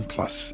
Plus